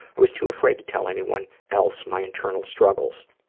i was too afraid to tell anyone else my internal struggles.